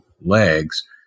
legs